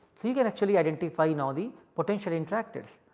so you can actually identify now the potentially interactors.